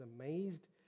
amazed